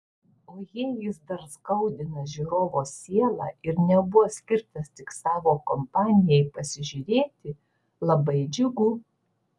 o jei jis dar skaudina žiūrovo sielą ir nebuvo skirtas tik savai kompanijai pasižiūrėti labai džiugu